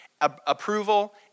approval